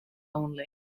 only